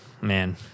man